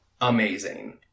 amazing